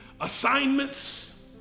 assignments